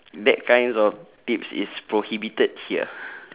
that kinds of tips is prohibited here